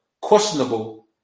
questionable